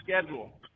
schedule